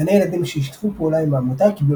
גני ילדים ששיתפו פעולה עם העמותה קיבלו